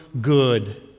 good